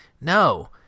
No